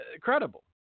credible